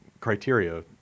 criteria